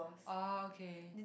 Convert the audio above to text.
orh okay